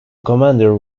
commander